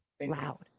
loud